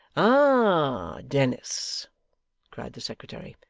ah! dennis cried the secretary.